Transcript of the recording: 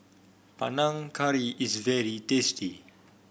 Panang Curry is very tasty